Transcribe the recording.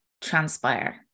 transpire